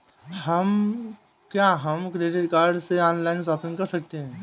क्या हम credit card से ऑनलाइन शॉपिंग कर सकते हैं?